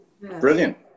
Brilliant